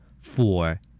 Four